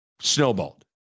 Snowballed